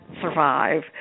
survive